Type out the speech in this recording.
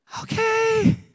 Okay